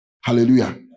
Hallelujah